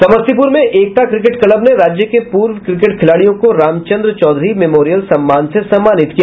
समस्तीपुर में Ekta cricket club ने राज्य के पूर्व क्रिकेट खिलाड़ियों को रामचंद्र चौधरी मेमोरियल सम्मान से सम्मानित किया